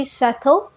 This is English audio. settle